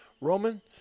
Roman